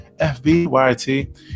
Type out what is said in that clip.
FBYT